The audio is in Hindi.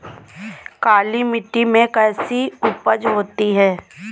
काली मिट्टी में कैसी उपज होती है?